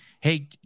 Hey